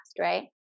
Right